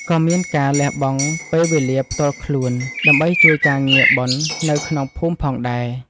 ក៏មានការលះបង់ពេលវេលាផ្ទាល់ខ្លួនដើម្បីជួយការងារបុណ្យនៅក្នុងភូមិផងដែរ។